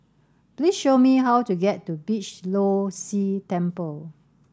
please show me how to get to Beeh Low See Temple